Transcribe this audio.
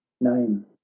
name